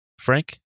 Frank